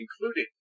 including